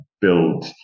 build